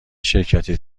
شرکتی